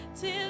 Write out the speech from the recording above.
till